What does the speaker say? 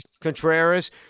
Contreras